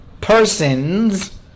persons